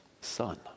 son